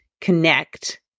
connect